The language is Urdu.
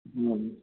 ہوں